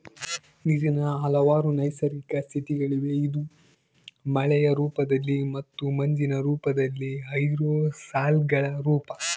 ನೀರಿನ ಹಲವಾರು ನೈಸರ್ಗಿಕ ಸ್ಥಿತಿಗಳಿವೆ ಇದು ಮಳೆಯ ರೂಪದಲ್ಲಿ ಮತ್ತು ಮಂಜಿನ ರೂಪದಲ್ಲಿ ಏರೋಸಾಲ್ಗಳ ರೂಪ